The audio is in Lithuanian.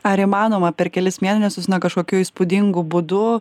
ar įmanoma per kelis mėnesius na kažkokiu įspūdingu būdu